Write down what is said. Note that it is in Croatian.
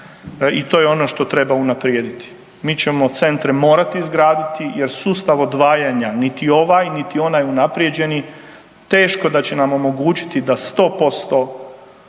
i to je ono što treba unaprediti. Mi ćemo centre morati izgraditi jer sustav odvajanja niti ovaj, niti onaj unaprijeđeni teško da će nam omogućiti da 100% količina